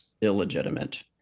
illegitimate